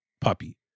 puppy